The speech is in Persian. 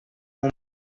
اومد